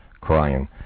crying